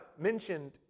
mentioned